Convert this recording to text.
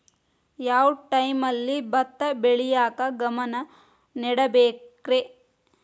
ಯಾವ್ ಟೈಮಲ್ಲಿ ಭತ್ತ ಬೆಳಿಯಾಕ ಗಮನ ನೇಡಬೇಕ್ರೇ?